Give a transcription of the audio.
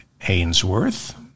Hainsworth